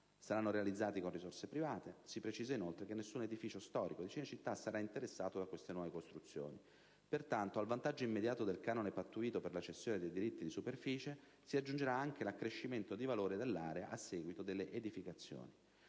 saranno realizzati con risorse private; si precisa, inoltre, che nessun edificio storico di Cinecittà sarà interessato da queste nuove costruzioni. Pertanto, al vantaggio immediato del canone pattuito per la cessione dei diritti di superficie si aggiungerà anche l'accrescimento di valore dell'area a seguito delle edificazioni.